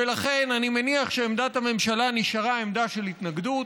ולכן אני מניח שעמדת הממשלה נשארה עמדה של התנגדות.